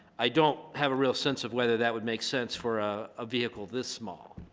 i don't have a real sense of whether that would make sense for ah a vehicle this small